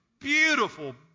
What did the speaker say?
beautiful